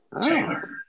Taylor